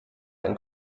ein